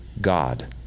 God